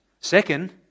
Second